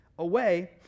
away